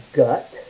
gut